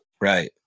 Right